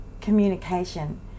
communication